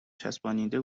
چسبانیده